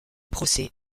procès